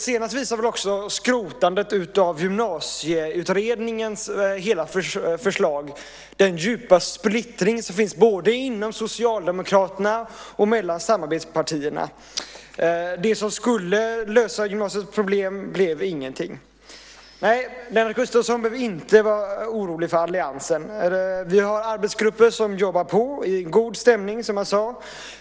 Senast visade också skrotandet av Gymnasieutredningens hela förslag den djupa splittring som finns både inom Socialdemokraterna och mellan samarbetspartierna. Det som skulle lösa gymnasiets problem blev ingenting. Lennart Gustavsson behöver inte vara orolig för alliansen. Vi har arbetsgrupper som jobbar på i god stämning, som jag sade.